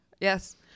Yes